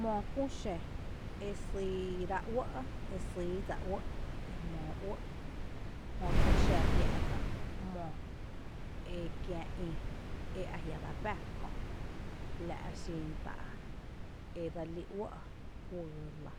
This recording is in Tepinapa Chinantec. ‘Mo küü xǿ e syyrá’ uɇ’ sýydsa uɇ’ jmóo uɇ’, jötu xa jia’ ka’ ´mo e kiⱥ ï ea jia’ dsebⱥ kö’ la’ xin tá’ edse lí uɇ’ juyy lⱥ